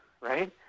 right